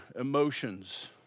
emotions